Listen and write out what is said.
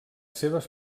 seves